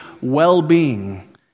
well-being